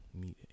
Meet